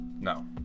No